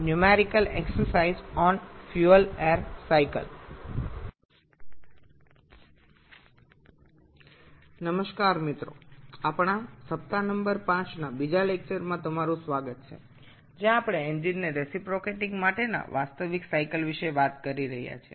hello বন্ধুরা আমাদের ৫ নম্বর সপ্তাহের দ্বিতীয় আলোচনায় স্বাগত জানাই যেখানে আমরা রিসিপোক্রেটিং ইঞ্জিনগুলির জন্য বাস্তব চক্র সম্পর্কে কথা বলছি